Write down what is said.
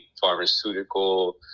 pharmaceutical